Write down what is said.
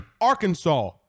Arkansas